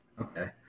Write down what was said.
Okay